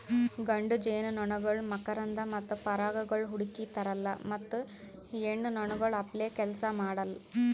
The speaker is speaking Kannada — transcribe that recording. ಗಂಡು ಜೇನುನೊಣಗೊಳ್ ಮಕರಂದ ಮತ್ತ ಪರಾಗಗೊಳ್ ಹುಡುಕಿ ತರಲ್ಲಾ ಮತ್ತ ಹೆಣ್ಣ ನೊಣಗೊಳ್ ಅಪ್ಲೇ ಕೆಲಸ ಮಾಡಲ್